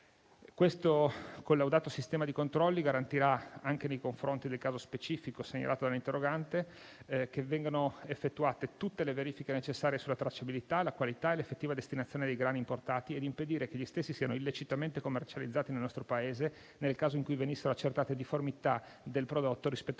Questo collaudato sistema di controlli garantirà, anche nei confronti del caso specifico segnalato all'interrogante, che vengano effettuate tutte le verifiche necessarie sulla tracciabilità, la qualità e l'effettiva destinazione dei grani importati, al fine di impedire che gli stessi siano illecitamente commercializzati nel nostro Paese, nel caso in cui venissero accertate difformità del prodotto rispetto a